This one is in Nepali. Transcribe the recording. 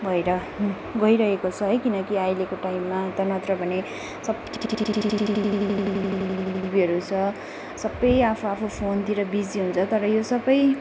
भएर गइरहेको छ है किनकि अहिलेको टाइममा त नत्र भने सब टिभीहरू छ सबै आफूआफू फोनतिर बिजी हुन्छ तर यो सबै